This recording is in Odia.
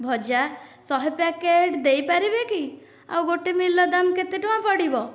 ଭଜା ଶହେ ପ୍ୟାକେଟ୍ ଦେଇପାରିବେ କି ଆଉ ଗୋଟିଏ ମିଲ୍ ର ଦାମ କେତେ ଟଙ୍କା ପଡ଼ିବ